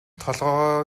толгой